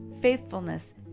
faithfulness